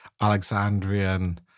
Alexandrian